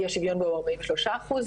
אי השוויון בו הוא 43 אחוזים.